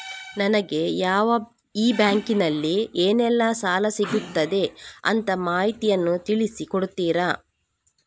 ನನಗೆ ಈ ಬ್ಯಾಂಕಿನಲ್ಲಿ ಏನೆಲ್ಲಾ ಸಾಲ ಸಿಗುತ್ತದೆ ಅಂತ ಮಾಹಿತಿಯನ್ನು ತಿಳಿಸಿ ಕೊಡುತ್ತೀರಾ?